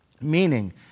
meaning